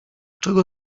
czego